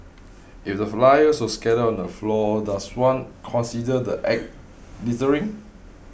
if the flyers were scattered on the floor does one consider the Act littering